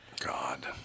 God